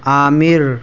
عامر